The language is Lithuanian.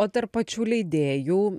o tarp pačių leidėjų